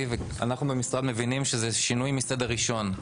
ואנחנו במשרד מבינים שזה שינוי מסדר ראשון.